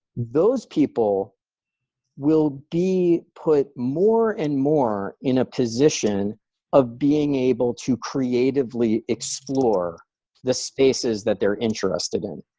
those people will be put more and more in a position of being able to creatively explore the spaces that they're interested in.